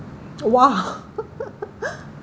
!wah!